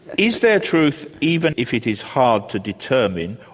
is there truth, even if it is hard to determine,